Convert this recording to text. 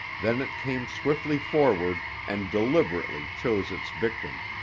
then it came swiftly forward and deliberately chose its victim.